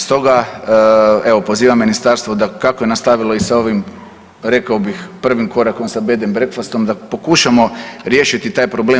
Stoga evo pozivam ministarstvo da kako je nastavilo i sa ovim rekao bih prvim korakom sa bed & breakfastom da pokušamo riješiti taj problem.